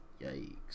Yikes